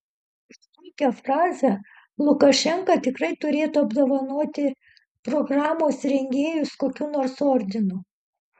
už tokią frazę lukašenka tikrai turėtų apdovanoti programos rengėjus kokiu nors ordinu